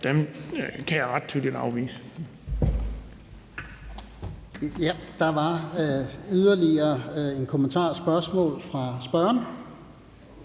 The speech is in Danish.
frem, kan jeg ret tydeligt afvise.